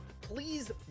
Please